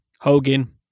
Hogan